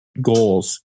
goals